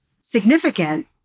significant